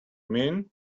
mean